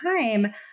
time